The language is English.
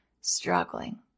struggling